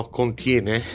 contiene